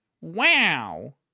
Wow